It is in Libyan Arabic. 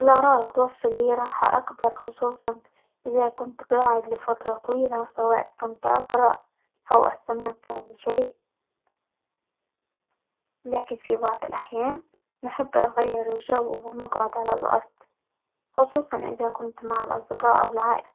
الأرائك توفر لي راحة أكبر خصوصًا إذا كنت قاعد لفترة طويلة، سواء كنت اقرأ، أو -اس- استمتع بشيء، لكن في بعض الأحيان نحب أغير الجو، ونقعد على الأرض، خصوصًا إذا كنت مع الأصدقاء، أو العائلة.